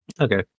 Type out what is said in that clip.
Okay